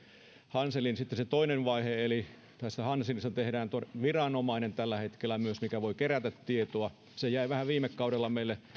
hanselin se toinen vaihe eli tästä hanselista tehdään tällä hetkellä myös viranomainen joka voi kerätä tietoa se jäi vähän viime kaudella